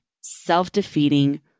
self-defeating